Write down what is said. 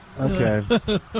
Okay